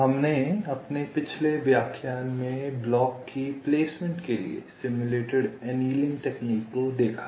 हमने अपने पिछले व्याख्यान में ब्लॉक की प्लेसमेंट के लिए सिम्युलेटेड एनीलिंग तकनीक को देखा